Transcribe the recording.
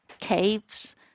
caves